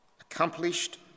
Accomplished